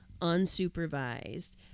unsupervised